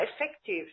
effective